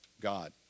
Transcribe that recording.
God